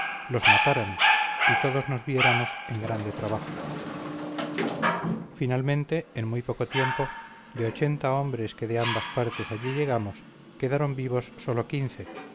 los mataran y todos nos viéramos en grande trabajo finalmente en muy poco tiempo de ochenta hombres que de ambas partes allí llegamos quedaron vivos sólo quince